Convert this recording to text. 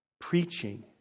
preaching